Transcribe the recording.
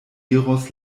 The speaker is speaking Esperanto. iros